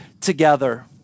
together